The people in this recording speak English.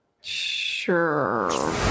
sure